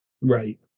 right